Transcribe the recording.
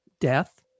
death